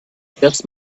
just